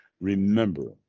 remember